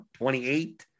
28